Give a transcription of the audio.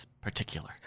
particular